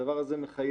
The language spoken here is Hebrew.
הדבר הזה מחייב